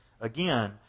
again